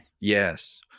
Yes